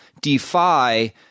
defy